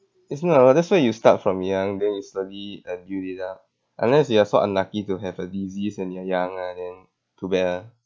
is not orh that's why you start from young then you slowly uh build it up unless you are so unlucky to have a disease when you're young ah then too bad ah